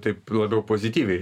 taip labiau pozityviai